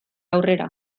aurrera